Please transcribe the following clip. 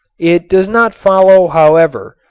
it does not follow, however,